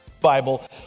Bible